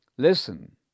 Listen